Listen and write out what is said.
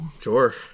Sure